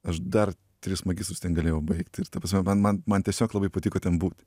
aš dar tris magistrus ten galėjau baigti ir ta prasme man man man tiesiog labai patiko ten būti